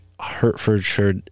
Hertfordshire